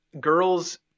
girls